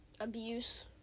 abuse